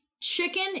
Chicken